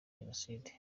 jenoside